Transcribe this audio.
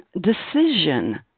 decision